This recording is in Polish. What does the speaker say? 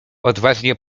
odważnie